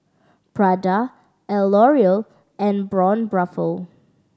Prada L'Oreal and Braun Buffel